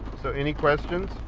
so any questions?